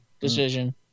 Decision